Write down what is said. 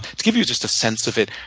to give you just a sense of it,